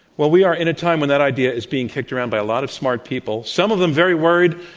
well, we are in a time when that idea is being kicked around by a lot of smart people some of them very worried,